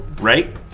right